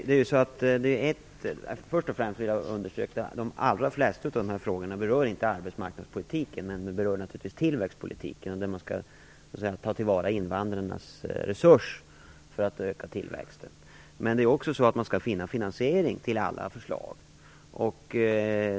Fru talman! Först och främst vill jag understryka att de allra flesta av de här frågorna inte berör arbetsmarknadspolitiken. De berör naturligtvis tillväxtpolitiken, där man skall ta till vara invandrarnas resurser för att öka tillväxten. Men man skall också finna finansiering till alla förslag.